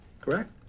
Correct